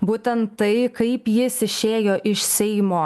būtent tai kaip jis išėjo iš seimo